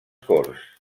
corts